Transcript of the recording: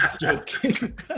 joking